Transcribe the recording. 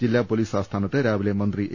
ജില്ലാപൊലീസ് ആസ്ഥാനത്ത് രാവിലെ മന്ത്രി എ